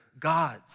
gods